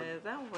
זהו.